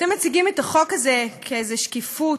אתם מציגים את החוק הזה כאיזו שקיפות,